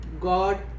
God